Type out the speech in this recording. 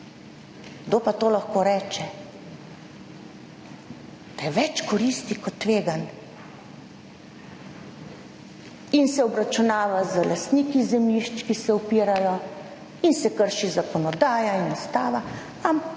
Kdo pa to lahko reče? Da je več koristi kot tveganj? In se obračunava z lastniki zemljišč, ki se upirajo, in se krši zakonodaja in ustava, ampak